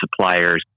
suppliers